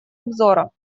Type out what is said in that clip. обзора